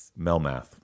Melmath